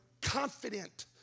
confident